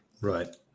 Right